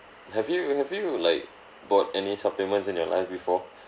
have you have you like bought any supplements in your life before